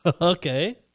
okay